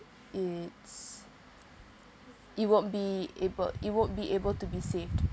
it's it won't be able it won't be able to be saved